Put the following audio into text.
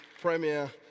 Premier